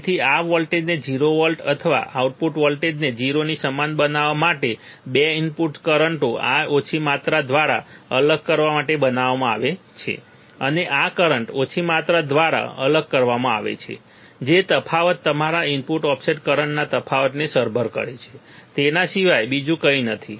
તેથી આ વોલ્ટેજને 0 વોલ્ટેજ આ આઉટપુટ વોલ્ટેજને 0 ની સમાન બનાવવા માટે 2 ઇનપુટ કરંટો આ ઓછી માત્રા દ્વારા અલગ કરવા માટે બનાવવામાં આવે છે અને આ કરંટ ઓછી માત્રા દ્વારા અલગ કરવામાં આવે છે જે તફાવત મારા ઇનપુટ ઓફસેટ કરંટના તફાવતને સરભર કરે છે તેના સિવાય બીજું કંઈ નથી